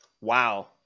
Wow